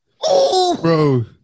bro